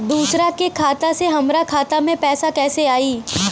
दूसरा के खाता से हमरा खाता में पैसा कैसे आई?